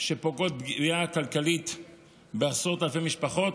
שפוגעות פגיעה כלכלית בעשרות אלפי משפחות,